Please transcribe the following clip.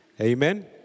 Amen